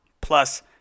plus